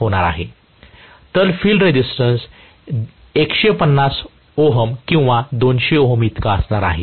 2 होणार आहे तर फिल्ड रेजिस्टन्स 150 Ω किंवा 200 Ω इतका असणार आहे